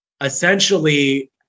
essentially